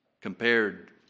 compared